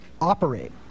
operate